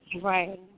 Right